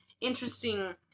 interesting